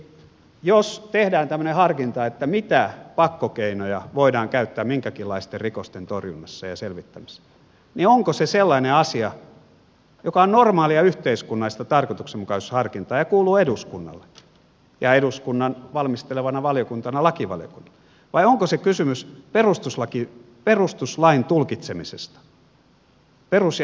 jos tehdään tämmöinen harkinta mitä pakkokeinoja voidaan käyttää minkäkinlaisten rikosten torjunnassa ja selvittämisessä niin onko se sellainen asia joka on normaalia yhteiskunnallista tarkoituksenmukaisuusharkintaa ja kuuluu eduskunnalle ja eduskunnan valmistelevana valiokuntana lakivaliokunnalle vai onko kysymys perustuslain tulkitsemisesta perus ja ihmisoikeustulkinnoista